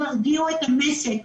ירגיעו את המשק.